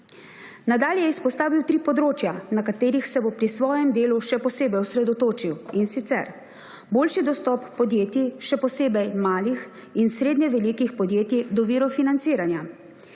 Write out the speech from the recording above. Nadalje je izpostavil tri področja, na katera se bo pri svojem delu še posebej osredotočil, in sicer boljši dostop podjetij, še posebej malih in srednje velikih podjetij, do virov financiranja,